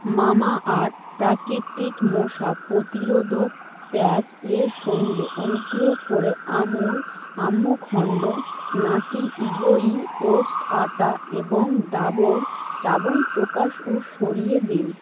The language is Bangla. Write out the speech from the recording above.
মামা আর্থ প্রাকৃতিক মশা প্রতিরোধক প্যাচ এর সঙ্গে অনুগ্রহ করে আমুল আম্রখণ্ড নাটি ইয়োগি ওটস আটা এবং ডাবর চাবনপ্রকাশও সরিয়ে দিন